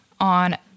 on